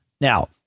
Now